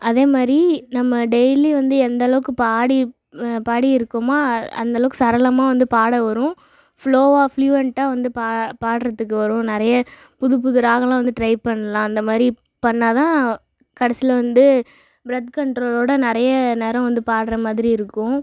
அதே மாதிரி நம்ம டெய்லியும் வந்து எந்த அளவுக்கு பாடி பாடி இருக்குமா அந்தளவுக்கு சரளமாக வந்து பாட வரும் ஃப்லோவா ஃபுளூயன்ட்டாக வந்து பாடுகிறதுக்கு வரும் நிறைய புதுப்புது ராகம்லாம் வந்து ட்ரை பண்ணலாம் அந்த மாதிரி பண்ணால்தான் கடைசியில் வந்து ப்ரத் கண்ட்ரோலோட நிறைய நேரம் வந்து பாடுகிற மாதிரி இருக்கும்